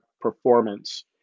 performance